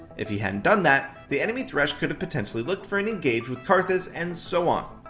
if he hadn't done that, the enemy thresh could've potentially looked for an engage with karthus and so on.